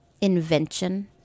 invention